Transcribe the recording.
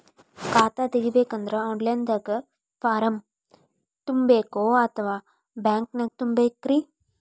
ಖಾತಾ ತೆಗಿಬೇಕಂದ್ರ online ದಾಗ ಫಾರಂ ತುಂಬೇಕೊ ಅಥವಾ ಬ್ಯಾಂಕನ್ಯಾಗ ತುಂಬ ಬೇಕ್ರಿ?